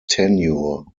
tenure